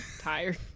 tired